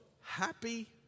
Happy